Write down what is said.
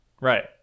right